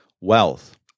wealth